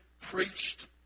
preached